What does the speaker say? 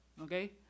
okay